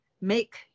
make